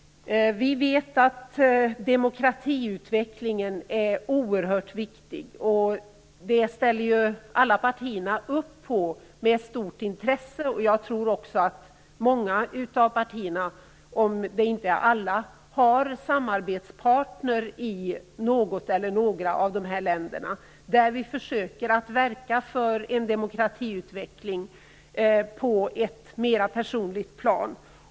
Vi vet att demokratiutvecklingen är oerhört viktig. Det ställer ju alla partier upp på med stort intresse. Jag tror också att många av partierna, om inte alla, har samarbetspartner i något eller några av dessa länder och den vägen försöker att verka för en demokratiutveckling på ett mer personligt plan.